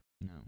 No